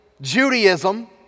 Judaism